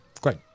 great